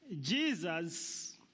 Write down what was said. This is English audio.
Jesus